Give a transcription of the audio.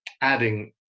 adding